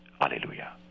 Hallelujah